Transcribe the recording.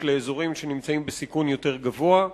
לאזורים שנמצאים בסיכון יותר גבוה,